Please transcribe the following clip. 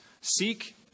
Seek